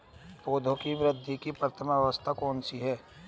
पौधों की वृद्धि की प्रथम अवस्था कौन सी है?